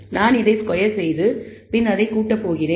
நான் இதை ஸ்கொயர் செய்து பின் அதை கூட்ட போகிறேன்